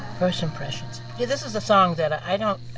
first impressions yeah this is a song that i don't